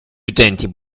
utenti